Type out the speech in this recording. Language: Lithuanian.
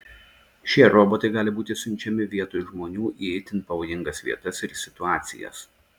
šie robotai gali būti siunčiami vietoj žmonių į itin pavojingas vietas ir situacijas